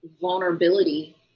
vulnerability